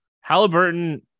Halliburton